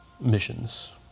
missions